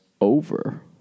over